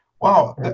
wow